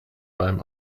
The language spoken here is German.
beim